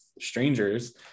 strangers